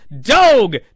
dog